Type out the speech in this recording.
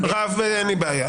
אין לי בעיה.